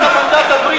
את המנדט הבריטי.